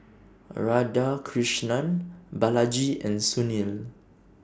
Radhakrishnan Balaji and Sunil